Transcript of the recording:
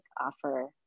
offer